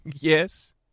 Yes